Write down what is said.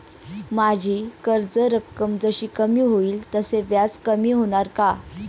माझी कर्ज रक्कम जशी कमी होईल तसे व्याज कमी होणार का?